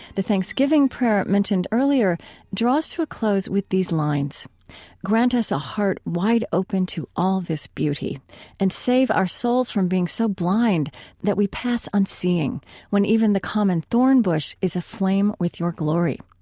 the thanksgiving prayer mentioned earlier draws to a close with these lines grant us a heart wide open to all this beauty and save our souls from being so blind that we pass unseeing when even the common thornbush is aflame with your glory.